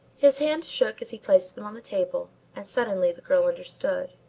his hand shook as he placed them on the table and suddenly the girl understood.